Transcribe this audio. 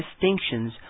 distinctions